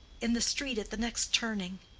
in the street at the next turning,